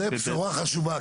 זו בשורה חשובה.